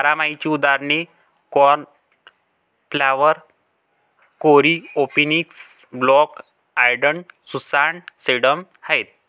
बारमाहीची उदाहरणे cornflower, coreopsis, black eyed Susan, sedum आहेत